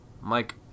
Mike